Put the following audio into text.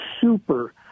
super